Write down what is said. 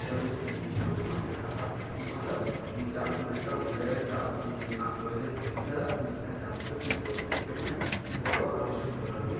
sir বলেছিলেন পঙ্কজ তোমার হাতের হাত খুব ভালো তুমি যাও তুমি একটা অন্য জায়গায় যাও তুমি আর্ট কলেজের পরীক্ষা দাও তুমি সেখানে চান্স পেলে তুমি পরে ভবিষ্য জন্মে তুমি বড় আর্টিস্ট হতে পারবে